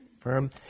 firm